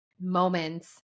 moments